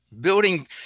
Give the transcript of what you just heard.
building